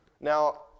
Now